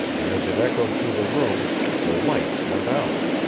and as it echoed through the room the lights went out.